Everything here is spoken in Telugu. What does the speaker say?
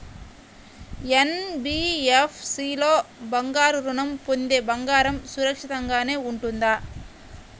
ఎన్.బీ.ఎఫ్.సి లో బంగారు ఋణం పొందితే బంగారం సురక్షితంగానే ఉంటుందా?